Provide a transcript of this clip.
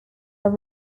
are